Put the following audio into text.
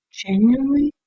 genuinely